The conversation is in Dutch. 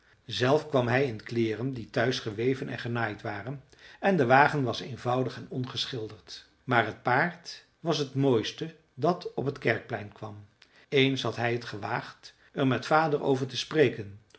zelf kwam hij in kleeren die thuis geweven en genaaid waren en de wagen was eenvoudig en ongeschilderd maar het paard was het mooiste dat op t kerkplein kwam eens had hij het gewaagd er met vader over te spreken